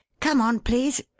come on, please.